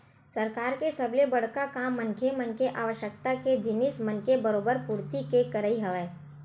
सरकार के सबले बड़का काम मनखे मन के आवश्यकता के जिनिस मन के बरोबर पूरति के करई हवय